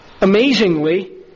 amazingly